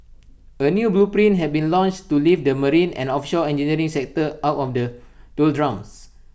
A new blueprint have been launched to lift the marine and offshore engineering sector out of the doldrums